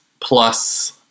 plus